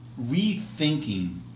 rethinking